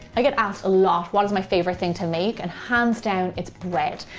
i get asked a lot what is my favorite thing to make and hands down it's bread.